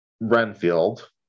Renfield